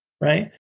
right